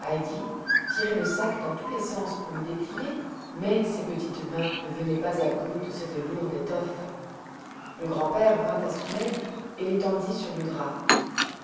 tirait le sac dans tous les sens pour le déplier mais ses petites mains ne venaient pas à bout de cette lourde étoffe le grand-père vint à son aide et l'étendit sur le drap